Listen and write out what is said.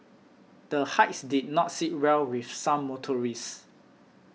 the hikes did not sit well with some motorists